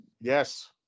Yes